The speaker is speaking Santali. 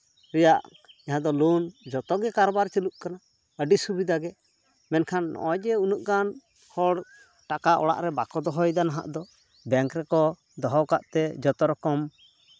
ᱨᱮᱭᱟᱜ ᱡᱟᱦᱟᱸ ᱫᱚ ᱞᱳᱱ ᱡᱚᱛᱚ ᱜᱮ ᱠᱟᱨᱵᱟᱨ ᱪᱟᱹᱞᱩᱜ ᱠᱟᱱᱟ ᱟᱹᱰᱤ ᱥᱩᱵᱤᱫᱷᱟ ᱜᱮ ᱢᱮᱱᱠᱷᱟᱱ ᱱᱚᱜᱼᱚᱭ ᱡᱮ ᱩᱱᱟᱹᱜ ᱜᱟᱱ ᱦᱚᱲ ᱴᱟᱠᱟ ᱚᱲᱟᱜ ᱨᱮ ᱵᱟᱠᱚ ᱫᱚᱦᱚᱭᱮᱫᱟ ᱱᱟᱦᱟᱜ ᱫᱚ ᱵᱮᱝᱠ ᱨᱮᱠᱚ ᱫᱚᱦᱚ ᱠᱟᱜ ᱛᱮ ᱡᱚᱛᱚ ᱨᱚᱠᱚᱢ